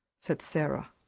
said sara.